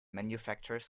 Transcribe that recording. manufactures